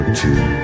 two